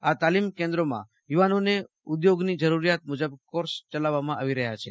આ તાલીમ કેન્દ્રોમાં યુવાનોને ઉઘોગની જરૂરીયાત મુજબ કોર્ષ ચલાવવામાં આવી રહયાં છે